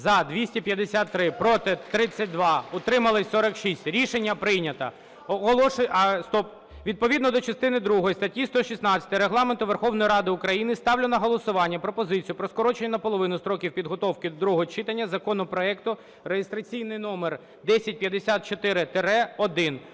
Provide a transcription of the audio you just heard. За – 282, проти – 1, утримались – 16. Рішення прийнято. Відповідно до частини другої статті 116 Регламенту Верховної Ради України ставлю на голосування пропозицію про скорочення наполовину строків підготовки до другого читання законопроекту (реєстраційний номер 1060).